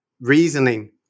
reasoning